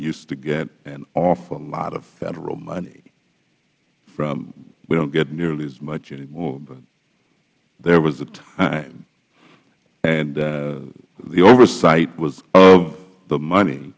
used to get an awful lot of federal money fromh we don't get nearly as much anymore but there was a time and the oversight was of the money